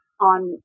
on